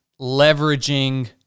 leveraging